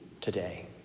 today